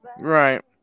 right